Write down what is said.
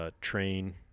train